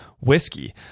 whiskey